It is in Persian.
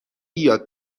یاد